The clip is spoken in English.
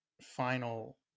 final